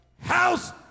House